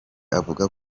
avuga